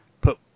put